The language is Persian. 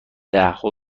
دهها